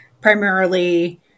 Primarily